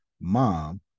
mom